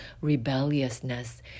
rebelliousness